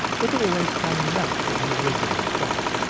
but always coming back to the original spot.